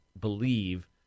believe